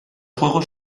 juegos